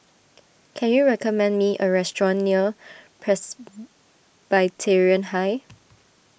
can you recommend me a restaurant near Presbyterian High